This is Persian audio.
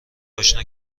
آشنا